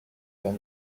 time